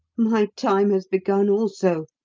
my time has begun also!